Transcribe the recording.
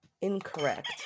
Incorrect